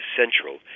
central